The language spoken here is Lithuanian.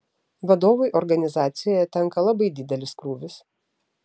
vadovui organizacijoje tenka labai didelis krūvis